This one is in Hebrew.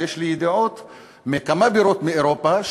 יש לי ידיעות מכמה בירות באירופה,